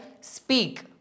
speak